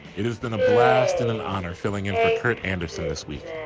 it has been a blast and an honor filling in for kurt andersen this week.